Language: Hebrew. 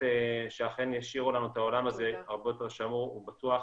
שאכן ישאירו לנו את העולם הזה הרבה יותר שמור ובטוח